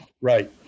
Right